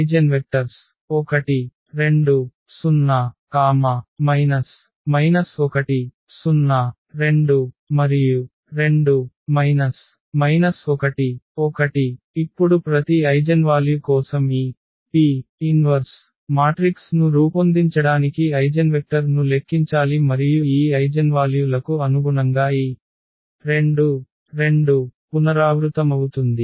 eigenvectors 1 2 0 1 0 2 2 1 1 ఇప్పుడు ప్రతి eigenvalue కోసం ఈ P 1 మాట్రిక్స్ ను రూపొందించడానికి ఐగెన్వెక్టర్ ను లెక్కించాలి మరియు ఈ ఐగెన్వాల్యు లకు అనుగుణంగా ఈ 2 2 పునరావృతమవుతుంది